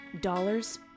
dollars